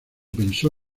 pensó